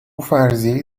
فرضیهای